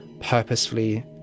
purposefully